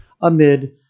amid